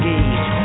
Gate